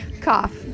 cough